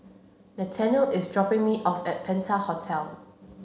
Nathaniel is dropping me off at Penta Hotel